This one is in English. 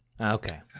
okay